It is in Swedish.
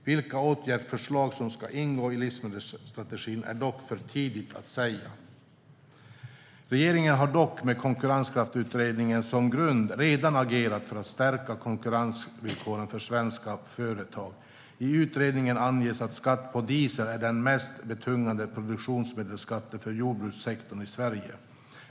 Vilka åtgärdsförslag som ska ingå i livsmedelsstrategin är dock för tidigt att säga. Regeringen har dock, med Konkurrenskraftsutredningen som grund, redan agerat för att stärka konkurrensvillkoren för svenska företag. I utredningen anges att skatt på diesel är den mest betungande produktionsmedelsskatten för jordbrukssektorn i Sverige.